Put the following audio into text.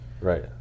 right